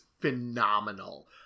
phenomenal